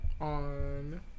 On